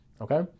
okay